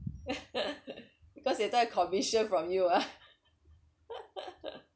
because they saw commission from you ah